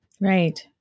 Right